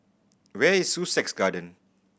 where is Sussex Garden